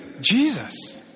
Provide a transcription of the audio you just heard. Jesus